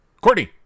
Courtney